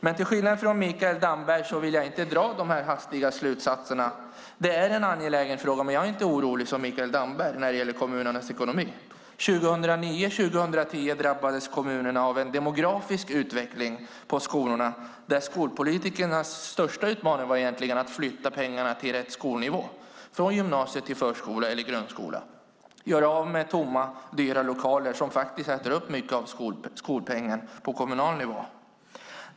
Men till skillnad från Mikael Damberg vill jag inte dra de här hastiga slutsatserna. Det är en angelägen fråga, men jag är inte orolig som Mikael Damberg när det gäller kommunernas ekonomi. Åren 2009 och 2010 drabbades kommunerna av den demografiska utvecklingen på skolorna. Skolpolitikernas största utmaning var egentligen att flytta pengarna till rätt skolnivå, från gymnasiet till förskolan eller grundskolan, och att göra om tomma och dyra lokaler, som äter upp mycket av skolpengen på kommunal nivå.